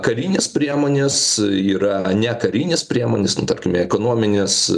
karinės priemonės yra nekarinės priemonės nu tarkim ekonominės